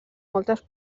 moltes